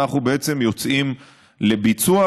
ואנחנו בעצם יוצאים לביצוע.